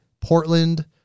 Portland